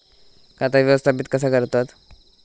खाता व्यवस्थापित कसा करतत?